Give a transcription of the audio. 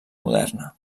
moderna